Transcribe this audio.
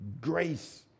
grace